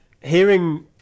hearing